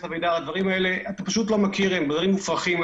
הדברים הללו פשוט מופרכים.